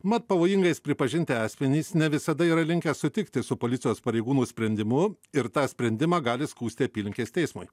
mat pavojingais pripažinti asmenys ne visada yra linkę sutikti su policijos pareigūnų sprendimu ir tą sprendimą gali skųsti apylinkės teismui